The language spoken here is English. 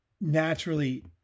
naturally